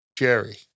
Jerry